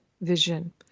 vision